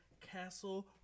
Castle